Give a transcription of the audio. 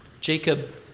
Jacob